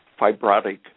fibrotic